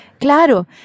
Claro